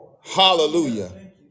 hallelujah